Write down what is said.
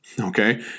Okay